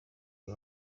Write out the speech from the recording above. uyu